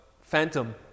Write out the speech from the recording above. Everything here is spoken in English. phantom